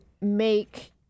make –